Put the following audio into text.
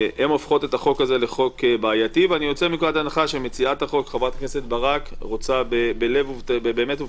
חבר הכנסת שלמה קרעי, בבקשה.